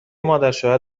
مادرشوهر